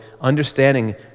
understanding